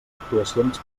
actuacions